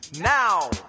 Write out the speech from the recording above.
now